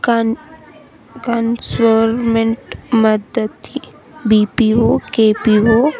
కన్ కన్స్ఫర్మెంట్ మద్దతి B P O K P ఓ